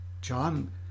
John